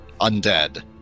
Undead